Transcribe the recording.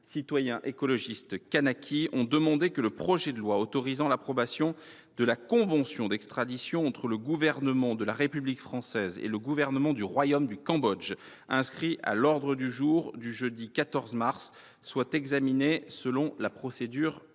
Citoyen et Écologiste – Kanaky, ont demandé que le projet de loi autorisant l’approbation de la convention d’extradition entre le Gouvernement de la République française et le Gouvernement du Royaume du Cambodge, inscrit à l’ordre du jour du jeudi 14 mars, soit examiné selon la procédure normale.